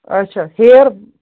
اَچھا ہیر